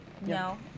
No